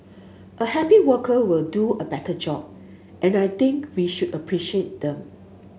a happy worker will do a better job and I think we should appreciate them